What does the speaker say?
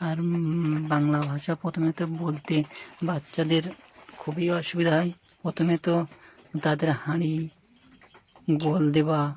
আর বাংলা ভাষা প্রথমে তো বলতে বাচ্চাদের খুবই অসুবিধা হয় প্রথমে তো তাদের হাঁড়ি গোল দেব